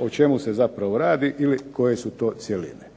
O čemu se zapravo radi ili koje su to cjeline.